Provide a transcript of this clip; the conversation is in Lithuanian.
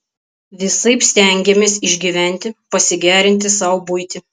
visaip stengėmės išgyventi pasigerinti sau buitį